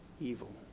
evil